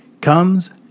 comes